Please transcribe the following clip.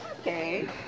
Okay